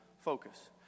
focus